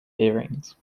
earrings